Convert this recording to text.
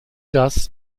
das